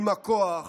עם הכוח